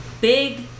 big